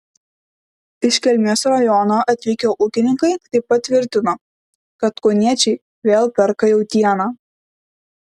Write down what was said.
iš kelmės rajono atvykę ūkininkai taip pat tvirtino kad kauniečiai vėl perka jautieną